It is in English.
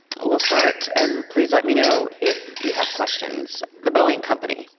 we'll start, and please let me know if you have questions. the boeing company.